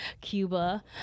Cuba